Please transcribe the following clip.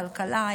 כלכלה,